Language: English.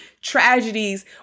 tragedies